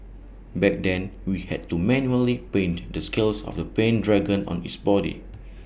back then we had to manually paint the scales of the pain dragon on its body